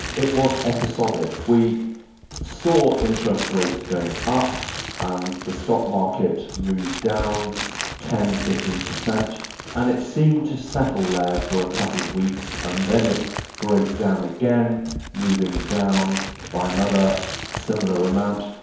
it was episodic. we saw interest rates going up and the stock market moved down ten percent, fifteen percent and it seemed to settle there for a couple of weeks and then it broke down again moving down by another similar amount,